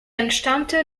entstammte